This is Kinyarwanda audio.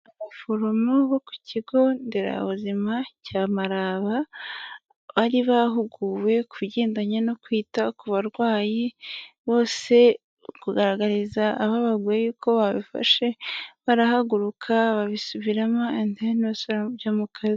Abaforomo bo ku kigo nderabuzima cya Maraba, bari bahuguwe kubigendanye no kwita ku barwayi bose kugaragariza abababwiye yuko babifashe barahaguruka babisubiramo endi deni basubira mu kazi.